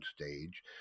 stage